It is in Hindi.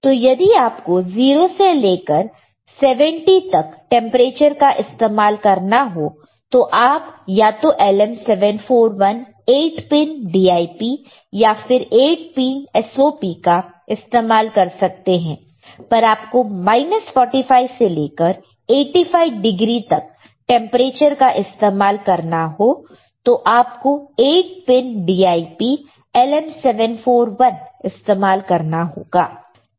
तो यदि आपको 0 से लेकर 70 तक केटेंपरेचर का इस्तेमाल करना हो तो आप या तो LM 741 8 पिन DIP या फिर 8 पिन SOP का इस्तेमाल कर सकते हैं पर आपको 45 से लेकर 85 डिग्री तक केटेंपरेचर का इस्तेमाल करना हो तो आप को 8 पिन DIP LM 741 इस्तेमाल करना होगा